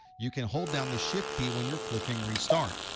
you can hold down the shift key when you're clicking restart.